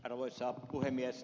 arvoisa puhemies